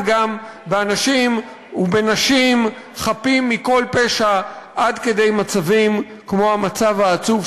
גם באנשים ובנשים חפים מכל פשע עד כדי מצבים כמו המצב העצוב,